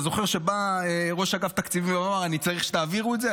אתה זוכר שבא ראש אגף תקציבים ואמר: אני צריך שתעבירו את זה?